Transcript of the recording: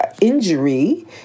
injury